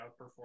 outperform